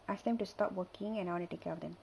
ask them to stop working and I want to take care of them